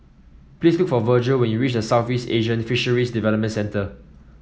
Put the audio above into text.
please look for Virgel when you reach Southeast Asian Fisheries Development Centre